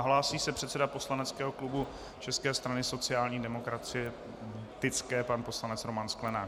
Hlásí se předseda poslaneckého klubu České strany sociálně demokratické pan poslanec Roman Sklenák.